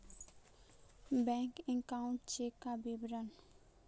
Bank account check का विवरण?